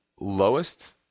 lowest